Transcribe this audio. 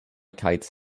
kites